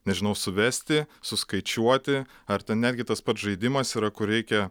nežinau suvesti suskaičiuoti ar ten netgi tas pats žaidimas yra kur reikia